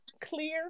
clear